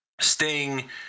Sting